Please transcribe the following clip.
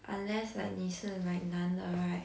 unless like 你是 like 男的 right